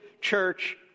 church